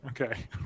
Okay